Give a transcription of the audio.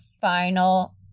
final